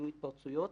יהיו התפרצויות.